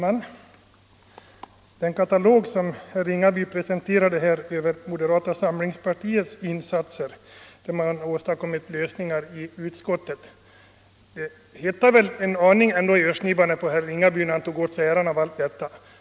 Herr talman! Herr Ringaby presenterade en katalog över moderata samlingspartiets insatser när det gällt att åstadkomma lösningar i utskottet. Men det hettade väl ändå en aning i örsnibbarna på herr Ringaby, när han tog åt sig äran av allt detta.